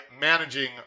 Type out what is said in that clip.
managing